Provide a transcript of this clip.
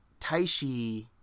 Taishi